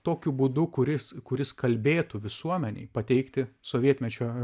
tokiu būdu kuris kuris kalbėtų visuomenei pateikti sovietmečio